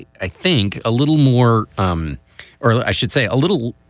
i think a little more um or i should say a little,